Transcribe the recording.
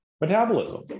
metabolism